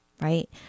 right